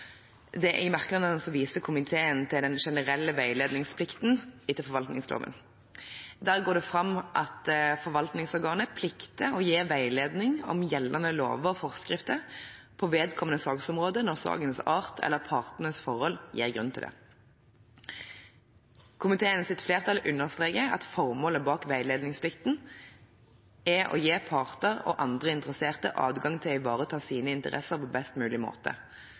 I merknadene viser komiteen til den generelle veiledningsplikten etter forvaltningsloven. Der går det fram at forvaltningsorganet plikter å gi veiledning om gjeldende lover og forskrifter på vedkommende saksområde når sakens art eller partenes forhold gir grunn til det. Komiteens flertall understreker at formålet med veiledningsplikten er å gi parter og andre interesserte adgang til å ivareta sine interesser på best mulig måte.